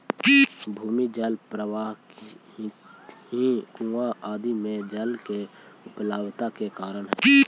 भूमिगत जल प्रवाह ही कुआँ आदि में जल के उपलब्धता के कारण हई